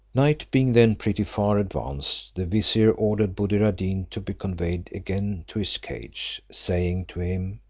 night being then pretty far advanced, the vizier ordered buddir ad deen to be conveyed again to his cage, saying to him,